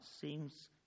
seems